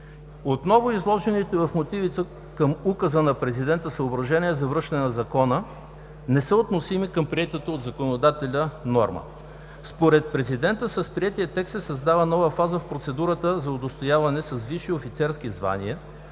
Отново изложените в мотивите към Указа на президента съображения за връщане на Закона не са относими към приетата от законодателя норма. Според президента с приетия текст се създава нова фаза в процедурата за удостояване с висши офицерски звания,